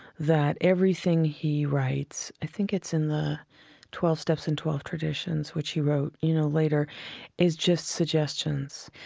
that everything he writes i think it's in the twelve steps and twelve traditions, which he wrote, you know, later is just suggestions.